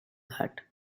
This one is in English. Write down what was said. that